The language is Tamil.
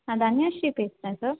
நான் தன்யஸ்ரீ பேசுகிறேன் சார்